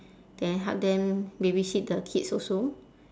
then help them babysit the kids also